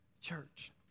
church